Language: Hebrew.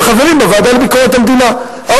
האופציה הזאת קיימת למי שהם חברים בוועדה לביקורת המדינה.